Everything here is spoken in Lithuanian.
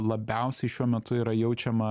labiausiai šiuo metu yra jaučiama